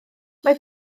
mae